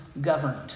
governed